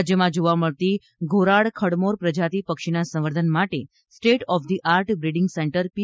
રાજ્યમાં જોવા મળતી ધોરાડ ખડમૌર પ્રજાતિ પક્ષીના સંવર્ધન માટે state of the art breeding centre P